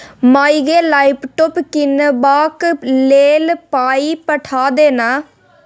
माय गे लैपटॉप कीनबाक लेल पाय पठा दे न